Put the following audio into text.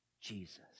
Jesus